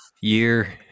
year